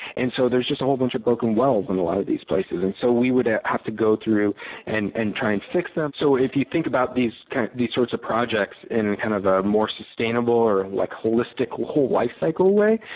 and so there's just a whole bunch of broken wells in and a lot of these places and so we would have to go through and and try and fix them. so if you think about these kind of these sorts of projects in and kind of a more sustainable or like holistic whole lifecycle way,